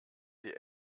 sie